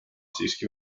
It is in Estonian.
siiski